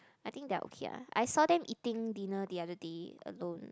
I think they are okay lah I saw them eating dinner the other day alone